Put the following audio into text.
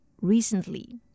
recently